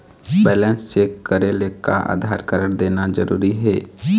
Balance check करेले का Aadhaar card देना जरूरी हे?